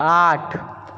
आठ